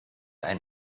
ein